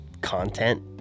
content